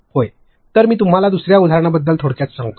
होय तर मी तुम्हाला दुसर्या उदाहरणाबद्दल थोडक्यात सांगतो